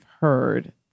heard